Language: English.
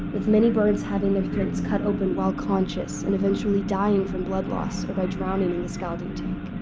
with many birds having their throats cut open while conscious and eventually dying from blood loss or by drowning in the scalding tank.